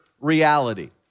reality